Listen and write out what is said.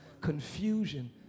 Confusion